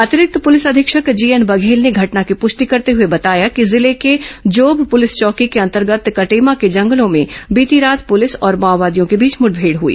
अतिरिक्त पुलिस अधीक्षक जीएन बघेल ने घटना की पुष्टि करते हुए बताया कि जिले के जोब पुलिस चौकी के अंतर्गत कटेमा के जंगलों में बीती रात पुलिस और माओवादियों के बीच मुठभेड़ हुई